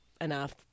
enough